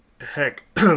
heck